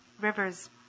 rivers